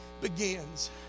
begins